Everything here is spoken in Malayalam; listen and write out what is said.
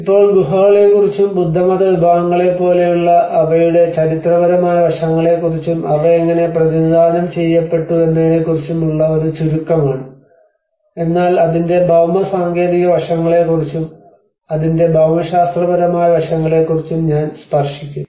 ഇപ്പോൾ ഗുഹകളെക്കുറിച്ചും ബുദ്ധമത വിഭാഗങ്ങളെപ്പോലുള്ള അവയുടെ ചരിത്രപരമായ വശങ്ങളെക്കുറിച്ചും അവ എങ്ങനെ പ്രതിനിധാനം ചെയ്യപ്പെട്ടു എന്നതിനെക്കുറിച്ചും ഉള്ള ഒരു ചുരുക്കമാണ് എന്നാൽ അതിന്റെ ഭൌമ സാങ്കേതിക വശങ്ങളെക്കുറിച്ചും അതിന്റെ ഭൌമശാസ്ത്രപരമായ വശങ്ങളെക്കുറിച്ചും ഞാൻ സ്പർശിക്കും